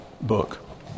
book